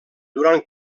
durant